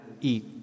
eat